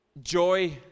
joy